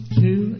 two